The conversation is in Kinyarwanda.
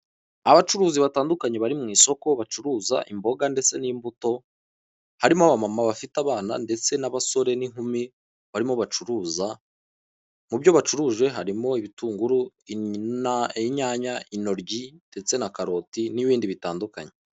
Abacuruzi batandukanye bari mu isoko bacuruza imboga ndetse n'imbuto, harimo abamama bafite abana ndetse n'abasore n'inkumi barimo bacuruza mu byo bacuruje harimo ibitunguru, ininyanya, intoryi ndetse na karoti n'ibindi bitandukanye.